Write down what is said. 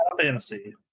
fantasy